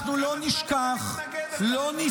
אנחנו לא נשכח -- אבל לא הבנתי למה אתה מתנגד.